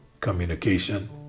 communication